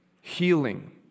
healing